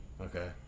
Okay